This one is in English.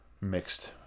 Mixed